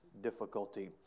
difficulty